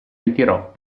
ritirò